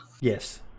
Yes